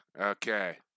okay